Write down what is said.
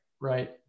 right